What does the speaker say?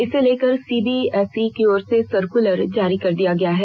इसे लेकर सीबीएसई की ओर से सर्कुलर जारी कर दिया गया है